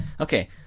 Okay